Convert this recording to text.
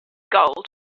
gold